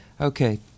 okay